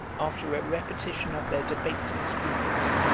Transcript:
after a repetition of their debates and scruples,